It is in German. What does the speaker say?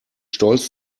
stolz